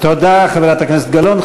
תודה, חברת הכנסת גלאון.